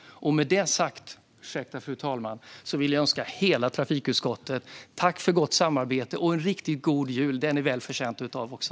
Med detta sagt, fru talman, vill jag tacka hela trafikutskottet för gott samarbete. En riktigt god jul är ni väl förtjänta av också!